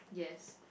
yes